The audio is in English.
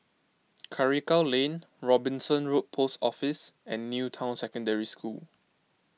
Karikal Lane Robinson Road Post Office and New Town Secondary School